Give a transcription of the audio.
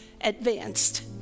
advanced